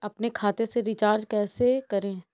अपने खाते से रिचार्ज कैसे करें?